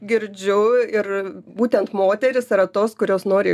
girdžiu ir būtent moterys yra tos kurios nori